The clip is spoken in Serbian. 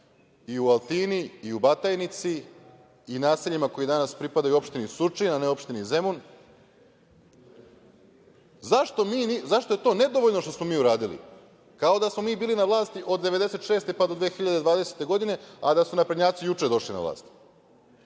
i u Altini, i u Batajnici, i naseljima koja danas pripadaju opštini Surčin, a ne opštini Zemun. Zašto je to nedovoljno što smo mi uradili? Kao da smo mi bili na vlasti od 1996. pa do 2020. godine, a da su naprednjaci juče došli na vlast.